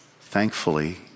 Thankfully